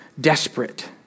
desperate